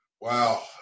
Wow